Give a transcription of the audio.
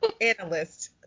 analyst